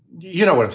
you know what